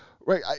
right